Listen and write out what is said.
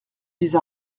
vise